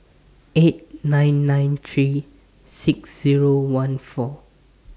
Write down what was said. eight nine nine three six Zero one four